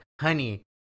Honey